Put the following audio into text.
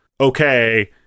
okay